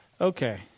Okay